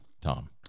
Tom